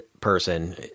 person